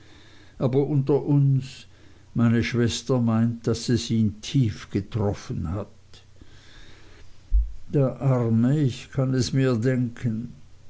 aber unter uns meine schwester meint daß es ihn tief getroffen hat der arme ich kann es mir denken